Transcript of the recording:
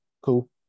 Cool